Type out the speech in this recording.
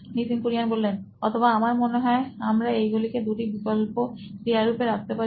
Nitin Kurian C O O নোইন electronics অথবা আমার মনে হয় আমরা এইগুলোকে দুটো বিকল্প ক্রিয়ারূপে রাখতে পারি